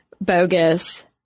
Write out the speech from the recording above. bogus